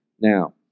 Now